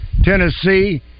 Tennessee